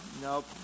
nope